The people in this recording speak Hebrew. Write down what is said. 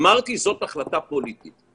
אמרתי שזו החלטה פוליטית.